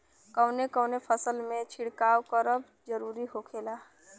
कवने कवने फसल में छिड़काव करब जरूरी होखेला?